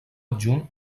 adjunt